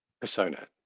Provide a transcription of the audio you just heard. persona